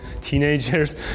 teenagers